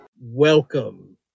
Welcome